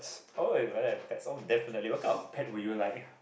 oh you rather have pets oh definitely what kind of pet would you like